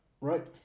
Right